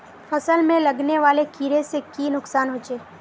फसल में लगने वाले कीड़े से की नुकसान होचे?